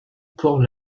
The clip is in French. port